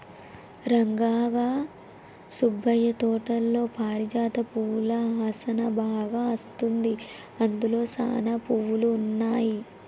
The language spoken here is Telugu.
రంగా గా సుబ్బయ్య తోటలో పారిజాత పువ్వుల ఆసనా బాగా అస్తుంది, అందులో సానా పువ్వులు ఉన్నాయి